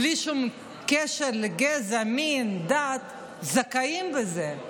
בלי שום קשר לגזע, מין, דת, זכאים לזה.